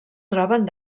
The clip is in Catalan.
troben